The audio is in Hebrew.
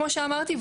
כמו שאמרתי.